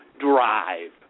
Drive